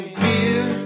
beer